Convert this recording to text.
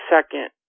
second